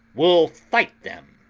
we'll fight them!